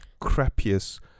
crappiest